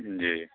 जी